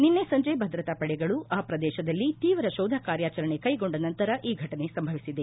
ನಿನ್ನೆ ಸಂಜೆ ಭದ್ರತಾ ಪಡೆಗಳು ಆ ಪ್ರದೇಶದಲ್ಲಿ ತೀವ್ರ ಶೋಧ ಕಾರ್ಯಾಚರಣೆ ಕೈಗೊಂಡ ನಂತರ ಈ ಘಟನೆ ಸಂಭವಿಸಿದೆ